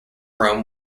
room